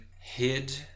hid